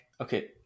okay